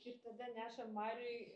ir tada nešam mariui